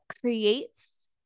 creates